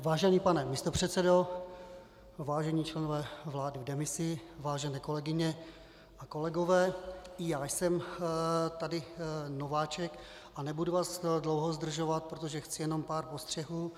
Vážený pane místopředsedo, vážení členové vlády v demisi, vážené kolegyně a kolegové, i já jsem tady nováček a nebudu vás dlouho zdržovat, protože chci jenom pár postřehů.